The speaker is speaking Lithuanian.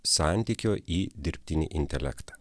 santykio į dirbtinį intelektą